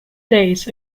days